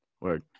Word